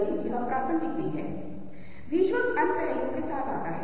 मैंने आपसे प्राथमिक रंगों और द्वितीयक रंगों के बारे में बात की